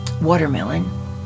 watermelon